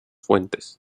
fuentes